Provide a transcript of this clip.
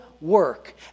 work